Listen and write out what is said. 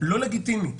לא לגיטימית.